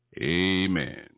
Amen